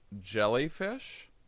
Jellyfish